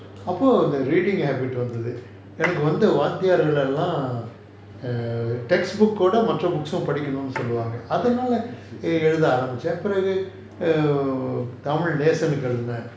அப்போ அந்த:appo antha reading habit வந்தது எனக்கு வந்த வாத்தியார் எல்லாம்:vanthathu ennakku vantha vaathiyaar ellaam textbook ஓட மற்ற:oda mattra books um படிக்கனும்னு சொல்லுவாங்க அதுனால் செலுத்த ஆரம்பிச்சேன் அதுனால:padikanum nu soluvaanga athunaal ezhutha aarambichaen athunaala tamil Nesan கு எழுதினேன்:nesan ku ezhuthinaen